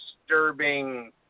Disturbing